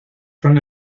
son